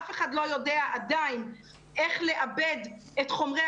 אף אחד לא יודע עדיין איך לעבד את חומרי